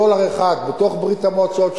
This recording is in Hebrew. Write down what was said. דולר אחד בתוך ברית-המועצות,